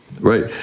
Right